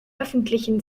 öffentlichen